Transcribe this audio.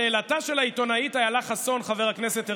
לשאלתה של העיתונאית איילה חסון, חבר הכנסת הרצנו,